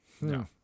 No